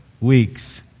weeks